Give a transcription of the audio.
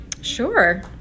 Sure